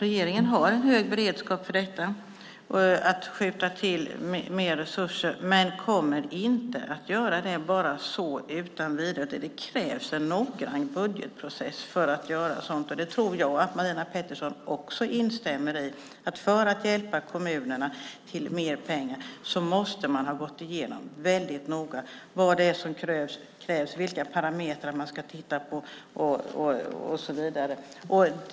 Regeringen har en hög beredskap för att skjuta till mer resurser men kommer inte att göra det utan vidare. Det krävs en noggrann budgetprocess för att göra sådant. Det tror jag att Marina Pettersson också instämmer i. För att kunna hjälpa kommunerna till mer pengar måste man ha gått igenom väldigt noga vad det är som krävs, vilka parametrar man ska titta på, och så vidare.